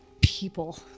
people